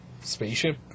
spaceship